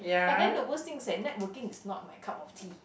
but then the worst thing is that networking is not my cup of tea